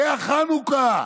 זו החנוכה,